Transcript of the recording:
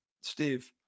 Steve